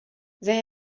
they